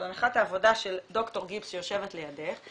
אבל הנחת העבודה של דוקטור גיבס שיושבת לידך,